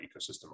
ecosystem